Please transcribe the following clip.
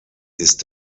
ist